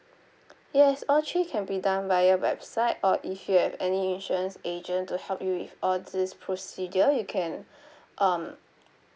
yes all three can be done via website or if you have any insurance agent to help you with all this procedure you can um